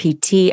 PT